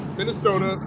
Minnesota